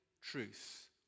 truth